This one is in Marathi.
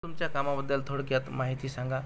तुमच्या कामाबद्दल थोडक्यात माहिती सांगा